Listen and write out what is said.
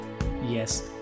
Yes